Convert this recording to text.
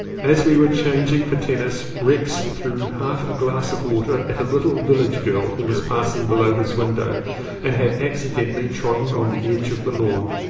as we were changing for tennis rex threw half a glass of water at a little village girl who was passing below his window and had accidentally trodden on the edge of the lawn.